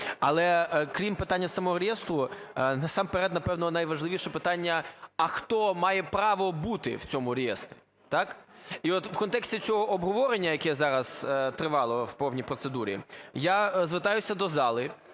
Але крім питання самого реєстру насамперед, напевно, найважливіше питання, а хто має право бути в цьому реєстрі. Так? І от в контексті цього обговорення, яке зараз тривало в повній процедурі, я звертаюся до зали